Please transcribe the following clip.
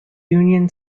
union